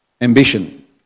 Ambition